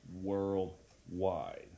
worldwide